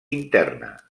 interna